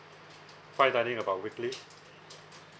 fine dining about weekly